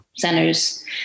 centers